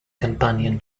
companion